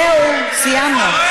זהו, סיימנו.